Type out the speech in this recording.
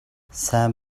сайн